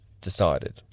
decided